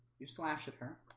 you slash it here